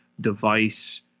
device